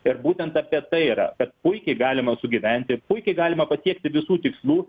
ir būtent apie tai yra kad puikiai galima sugyventi puikiai galima patiekti visų tikslų